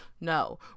No